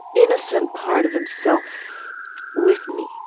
innocent part of himself with me.